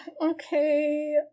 Okay